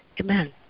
Amen